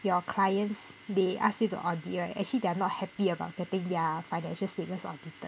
your clients they ask you to audit right actually they are not happy about getting their financial statements audited